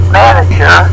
manager